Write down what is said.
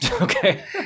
Okay